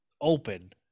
open